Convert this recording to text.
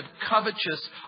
covetous